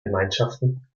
gemeinschaften